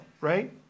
right